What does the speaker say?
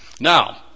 Now